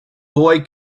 boy